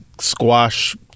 squash